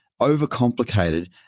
overcomplicated